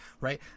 right